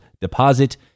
deposit